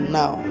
now